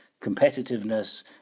competitiveness